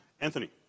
Anthony